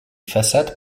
façades